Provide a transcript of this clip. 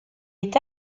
est